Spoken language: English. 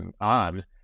on